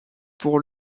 pour